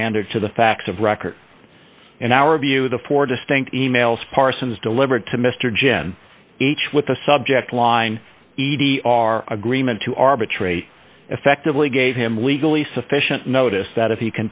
standard to the facts of record in our view the four distinct e mails parsons delivered to mr gen each with a subject line e d our agreement to arbitrate effectively gave him legally sufficient notice that if he